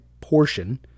portion